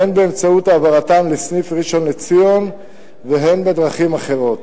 הן באמצעות העברתם לסעיף ראשון-לציון והן בדרכים אחרות.